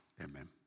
Amen